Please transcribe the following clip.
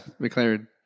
McLaren